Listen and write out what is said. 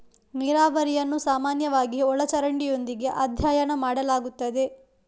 ನೀರಾವರಿಯನ್ನು ಸಾಮಾನ್ಯವಾಗಿ ಒಳ ಚರಂಡಿಯೊಂದಿಗೆ ಅಧ್ಯಯನ ಮಾಡಲಾಗುತ್ತದೆ